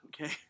okay